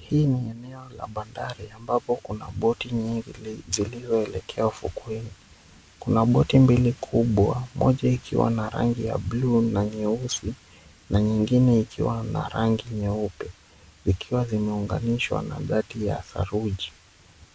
Hii ni eneo ya bandari ambapo kuna boti nyingi zilizoelekea ufukweni. Kuna boti mbili kubwa, moja ikiwa na rangi ya buluu na nyeusi, na nyengine ikiwa na rangi nyeupe, zikiwa zimeunganishwa dhati ya saruji.